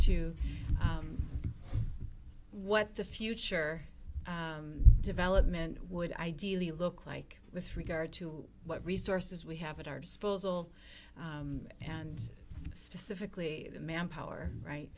to what the future development would ideally look like with regard to what resources we have at our disposal and specifically manpower right